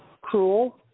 cruel